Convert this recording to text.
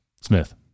Smith